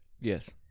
Yes